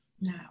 now